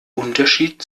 unterschied